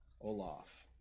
Olaf